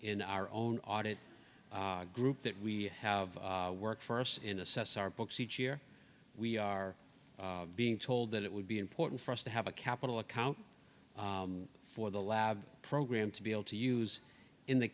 in our own audit group that we have work for us in assess our books each year we are being told that it would be important for us to have a capital account for the lab program to be able to use in th